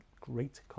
great